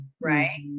right